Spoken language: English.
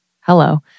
hello